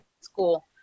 school